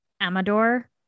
Amador